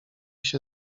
się